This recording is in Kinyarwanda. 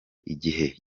igihe